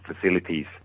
facilities